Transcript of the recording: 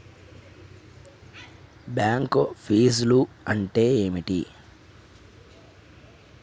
Bank ఫీజ్లు అంటే ఏమిటి?